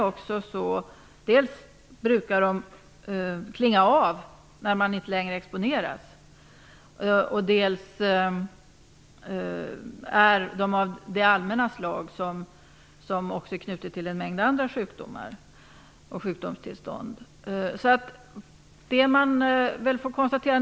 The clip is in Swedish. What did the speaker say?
Vad skall en stackars socialminister göra? Man får på något sätt ändå lov att acceptera att man tvingas luta sig emot det som vetenskapen säger.